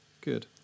Good